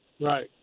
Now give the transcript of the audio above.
right